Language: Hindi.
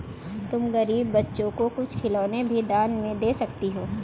तुम गरीब बच्चों को कुछ खिलौने भी दान में दे सकती हो